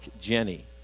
jenny